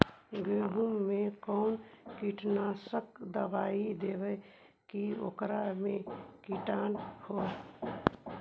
गेहूं में कोन कीटनाशक दबाइ देबै कि ओकरा मे किट न हो?